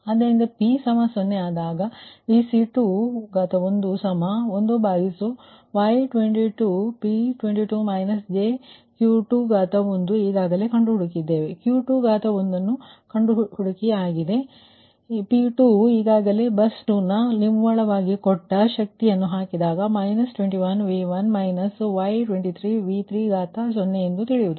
ಆದ್ದರಿನ್ದ p0 ಆದಾಗ ಅದು Vc21 1Y22 P22 −jQ21 ಅದು ಈಗಾಗಲೆ ಕಂಡುಹಿಡಿದಿದ್ದೇವೆ ಇಲ್ಲಿ Q21 ಕಂಡುಹಿಡಿದಿದ್ದೇವೆ ಈಗಾಗಲೇ ಇಲ್ಲಿಯೇ ಲೆಕ್ಕಾಚಾರ ಮಾಡಲಾಗಿದೆ ಮತ್ತು P2 ವು ಈಗಾಗಲೇ ಬಸ್ 2 ನಲ್ಲಿ ನಿವ್ವಳ ಇಂಜೆಕ್ಟ್ದ್ ಶಕ್ತಿಯನ್ನು ಹಾಕಿದಾಗ −Y21V1 − Y23V30 ಇದು ತಿಳಿಯುವುದು